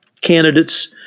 candidates